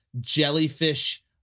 jellyfish